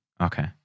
Okay